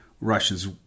Russians